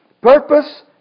purpose